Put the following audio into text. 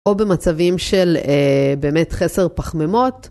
או במצבים של באמת חסר פחמימות.